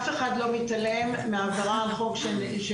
אף אחד לא מתעלם מהעבירה על החוק בשטחו.